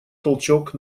толчок